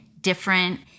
different